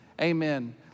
Amen